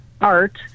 art